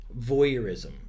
voyeurism